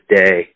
day